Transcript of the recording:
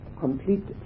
Complete